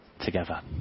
together